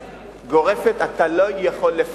חבר הכנסת שטרית, אתה לא יכול.